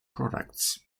products